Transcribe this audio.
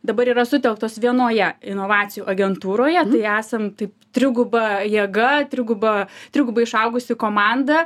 dabar yra sutelktos vienoje inovacijų agentūroje tai esam tai triguba jėga triguba trigubai išaugusi komanda